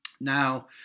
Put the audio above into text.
Now